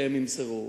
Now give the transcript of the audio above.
שהם ימסרו.